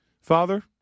Father